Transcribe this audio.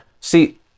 See